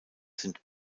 sind